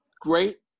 great